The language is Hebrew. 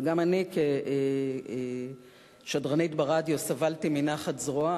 וגם אני כשדרנית ברדיו סבלתי מנחת זרועה,